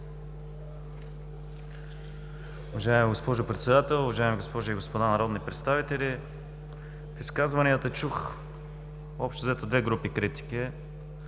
Уважаема госпожо Председател, уважаеми госпожи и господа народни представители! В изказванията чух, общо-взето, две групи критики.